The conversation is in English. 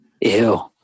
Ew